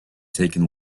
taken